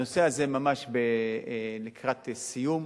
הנושא הזה ממש לקראת סיום.